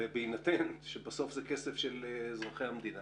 בהינתן שזה כסף של אזרחי המדינה